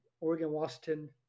Oregon-Washington